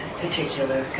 particular